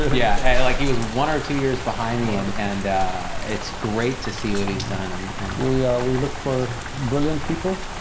yeah. like he was one or two years behind me and and it's great to see what he's done. and and we we look for brilliant people,